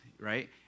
right